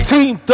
Team